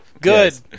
Good